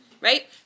right